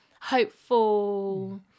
hopeful